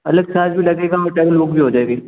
अलग चार्ज भी लगेगा होटल में रूम भी हो जाएगा